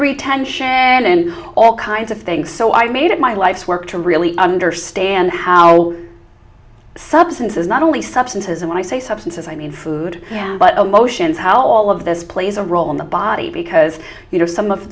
retention and all kinds of things so i made it my life's work to really understand how substances not only substances and i say substances i mean food but emotions how all of this plays a role in the body because you know some of